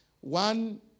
one